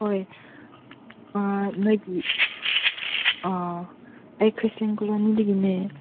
ꯍꯣꯏ ꯅꯣꯏꯒꯤ ꯑꯩ ꯈ꯭ꯔꯤꯁꯇꯦꯟ ꯀꯣꯂꯣꯅꯤꯗꯒꯤꯅꯦ